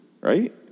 right